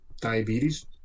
diabetes